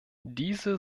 diese